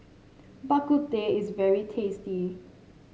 Bak Kut Teh is very tasty